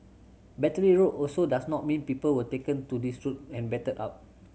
Battery Road also does not mean people were taken to this road and battered up